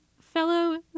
fellow